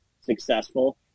successful